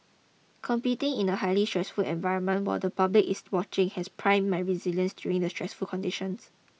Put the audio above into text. competing in a highly stressful environment while the public is watching has primed my resilience during stressful conditions